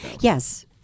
Yes